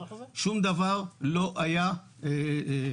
שום דבר לא היה מוסתר,